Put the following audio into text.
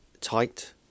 tight